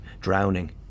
drowning